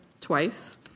twice